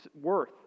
worth